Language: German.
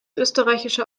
österreichische